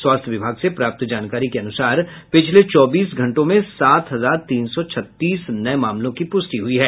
स्वास्थ्य विभाग से प्राप्त जानकारी के अनुसार पिछले चौबीस घंटों में सात हजार तीन सौ छत्तीस नये मामलों की पुष्टि हुई है